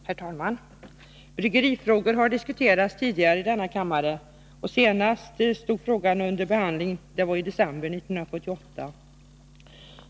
Herr talman! Bryggerifrågor har diskuterats tidigare i denna kammare. Senast bryggerifrågan stod under behandling var i december 1978.